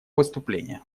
выступление